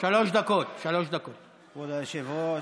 כבוד היושב-ראש,